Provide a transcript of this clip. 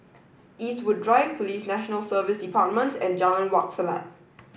Eastwood Drive Police National Service Department and Jalan Wak Selat